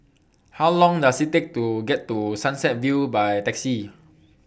How Long Does IT Take to get to Sunset View By Taxi